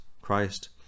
Christ